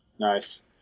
Nice